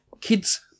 kids